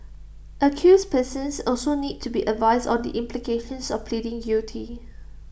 accused persons also need to be advised on the implications of pleading guilty